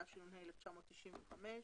התשנ"ה-1995.